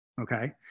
Okay